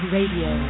Radio